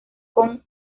con